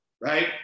right